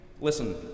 Listen